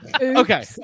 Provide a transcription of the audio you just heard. Okay